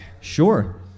Sure